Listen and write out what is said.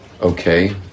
okay